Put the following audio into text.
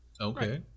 Okay